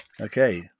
okay